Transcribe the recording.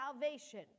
salvation